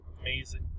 amazing